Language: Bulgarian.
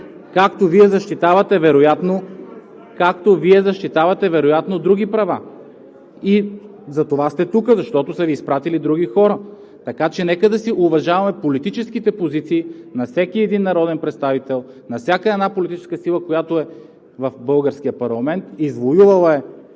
както Вие защитавате вероятно (реплики от ГЕРБ) други права и затова сте тук, защото са Ви изпратили други хора. Нека да си уважаваме политическите позиции на всеки един народен представител, на всяка една политическа сила, която е в българския парламент, извоювала е